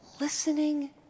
Listening